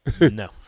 No